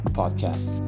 podcast